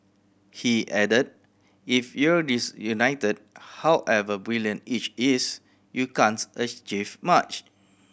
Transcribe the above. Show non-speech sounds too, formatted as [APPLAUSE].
he added If you're disunited however brilliant each is you [UNINTELLIGIBLE] achieve much